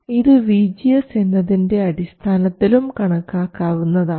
ഇത് VGS എന്നതിൻറെ അടിസ്ഥാനത്തിലും കണക്കാക്കാവുന്നതാണ്